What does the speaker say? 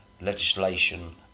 legislation